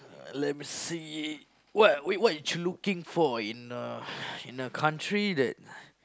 let me see what wait what you looking for in a in a country that